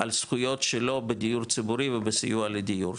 על זכויות שלו בדיור ציבורי ובסיוע לדיור,